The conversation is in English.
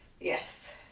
Yes